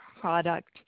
product